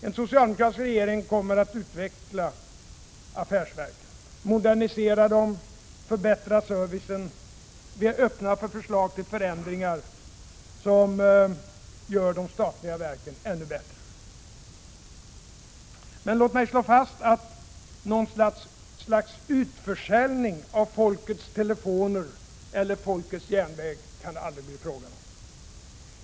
En socialdemokratisk regering kommer att utveckla affärsverken, modernisera dem och förbättra servicen. Vi är öppna för förslag till förändringar som gör de statliga verken ännu bättre. Men låt mig slå fast att något slags utförsäljning av folkets telefoner eller folkets järnväg, det kan det aldrig bli fråga om.